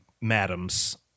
madams